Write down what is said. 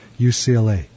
UCLA